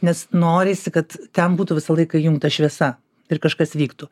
nes norisi kad ten būtų visą laiką įjungta šviesa ir kažkas vyktų